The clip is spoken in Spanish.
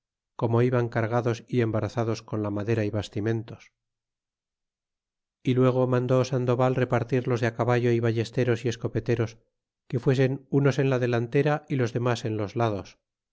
como iban cargados y embarazados con la madera y hastimulos y luego mandó sandoval repartir los de caballo y ballesteros y escopeteros que fuesen unos en la delantera y los demas en los lados